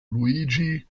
luigi